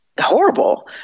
horrible